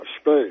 space